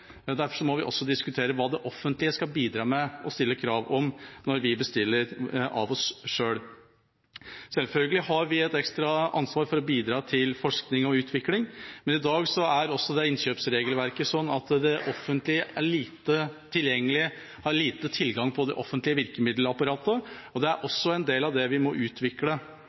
må vi også diskutere hva det offentlige skal bidra med og stille krav til når vi bestiller fra oss selv. Selvfølgelig har vi et ekstra ansvar for å bidra til forskning og utvikling, men i dag er innkjøpsregelverket slik at det offentlige er lite tilgjengelig, og man har lite tilgang til det offentlige virkemiddelapparatet. Det er også en del av det vi må utvikle.